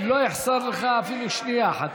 לא תחסר לך אפילו שנייה אחת.